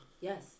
Yes